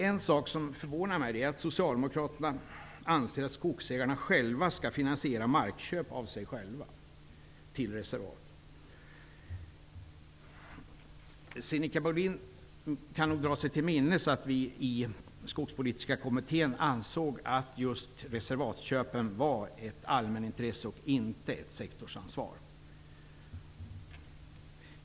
En sak som förvånar mig är att socialdemokraterna anser att skogsägarna själva skall finansiera markköp till reservaten. Sinikka Bohlin kan nog dra sig till minnes att vi i Skogspolitiska kommittén ansåg att just reservatsköpen var ett allmänintresse och inte ett sektorsansvar.